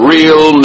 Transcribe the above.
Real